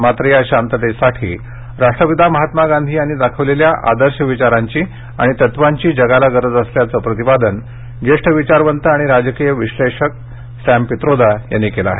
मात्र या शांततेसाठी राष्ट्रपिता महात्मा गांधी यांनी दाखवलेल्या आदर्श विचारांची आणि तत्वांची जगाला गरज असल्याचं प्रतिपादन ज्येष्ठ विचारवंत आणि राजकीय विश्लेणषक सॅम पित्रोदा यांनी केलं आहे